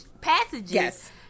passages